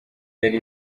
yari